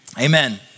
Amen